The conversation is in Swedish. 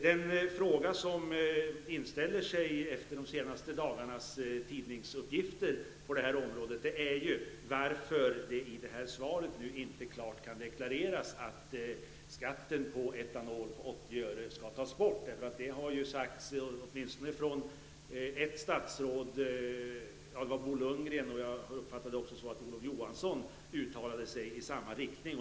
Den fråga som inställer sig efter de senaste dagarnas tidningsuppgifter på det här området är varför det nu i svaret inte klart kan deklareras att skatten på 80 öre på etanol skall tas bort. Det har ju sagts åtminstone av ett statsråd -- Bo Lundgren -- och jag har uppfattat det så att också Olof Johansson uttalat sig i samma riktning.